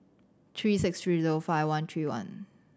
three six three zero five one three one